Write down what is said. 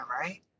right